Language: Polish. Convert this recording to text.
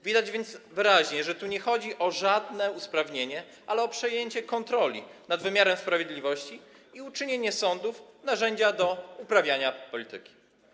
Widać więc wyraźnie, że tu nie chodzi o żadne usprawnienie, ale o przejęcie kontroli nad wymiarem sprawiedliwości i uczynienie z sądów narzędzia do uprawiania polityki.